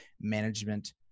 Management